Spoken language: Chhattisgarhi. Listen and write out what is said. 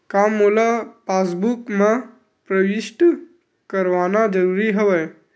का मोला पासबुक म प्रविष्ट करवाना ज़रूरी हवय?